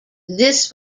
this